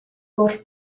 ŵyr